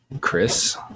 Chris